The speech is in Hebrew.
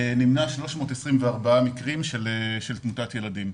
נמנע 324 מקרים של תמותת ילדים.